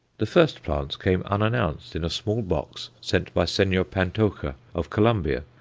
the first plants came unannounced in a small box sent by senor pantocha, of colombia,